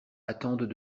attendent